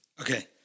Okay